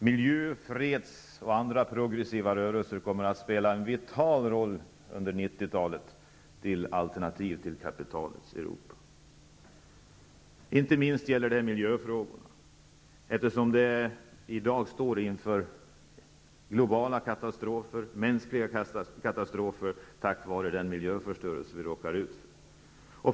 Miljörörelser, fredsrörelser och andra progressiva rörelser kommer att spela en vital roll under 90 talet som ett alternativ till kapitalets Europa. Det gäller inte minst att se till miljöfrågorna. Vi står i dag inför globala katastrofer, mänskliga katastrofer, på grund av den miljöförstörelse vi råkat ut för.